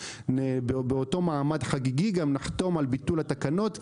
באותו מעמד חגיגי נחתום על ביטול התקנות.